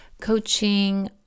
coaching